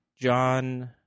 John